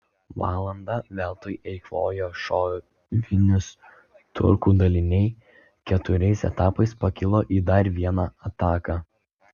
valandą veltui eikvoję šovinius turkų daliniai keturiais etapais pakilo į dar vieną ataką